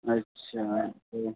अच्छा तो